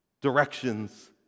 directions